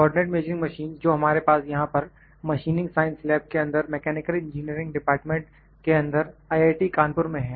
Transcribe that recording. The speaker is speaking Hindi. कोऑर्डिनेट मेजरिंग मशीन जो हमारे पास यहां पर मशीनिंग साइंस लैब के अंदर मैकेनिकल इंजीनियरिंग डिपार्टमेंट के अंदर आई आई टी कानपुर में है